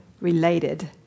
related